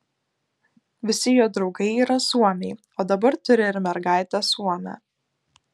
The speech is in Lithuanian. visi jo draugai yra suomiai o dabar turi ir mergaitę suomę